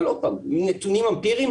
אבל עוד פעם, מנתונים אמפיריים,